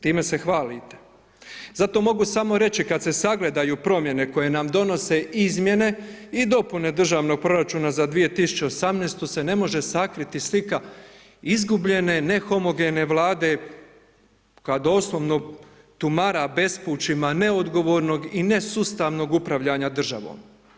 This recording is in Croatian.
Time se hvalite, zato mogu samo reći, kada se sagledaju promjene, koje nam donose izmjene i dopune državnog proračuna za 2018. se ne može sakriti, slika izgubljene, nehomogene vlade, koja doslovno tumara bespućima neodgovornog i nesustavnog upravljanja državom.